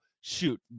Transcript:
shoot